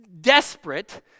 desperate